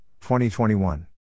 2021